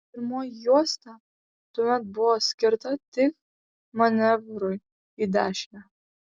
pirmoji juosta tuomet buvo skirta tik manevrui į dešinę